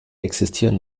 existieren